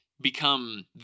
become